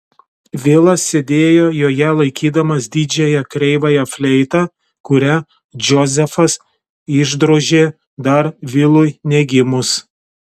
vilas sėdėjo joje laikydamas didžiąją kreivąją fleitą kurią džozefas išdrožė dar vilui negimus